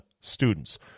students